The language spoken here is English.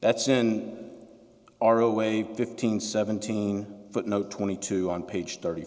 that's in our own way fifteen seventeen but no twenty two on page thirty